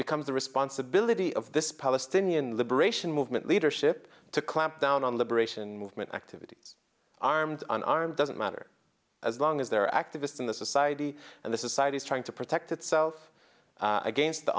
becomes the responsibility of this palestinian liberation movement leadership to clamp down on liberation movement activities armed unarmed doesn't matter as long as there are activists in the society and this is site is trying to protect itself against the